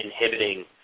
inhibiting